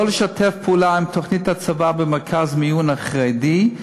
לא לשתף פעולה עם תוכנית הצבא במרכז מיון חרדי,